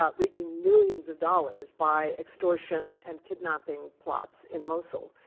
um reaping millions of dollars by extortion and kidnapping plots in mosul.